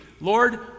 Lord